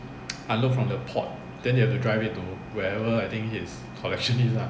unload from the port then they have to drive it to wherever his collection is lah